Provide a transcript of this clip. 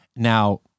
Now